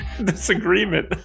disagreement